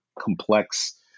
complex